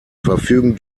verfügen